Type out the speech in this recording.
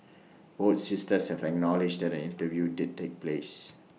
both sisters have acknowledged that an interview did take place